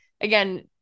again